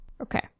Okay